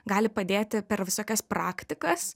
gali padėti per visokias praktikas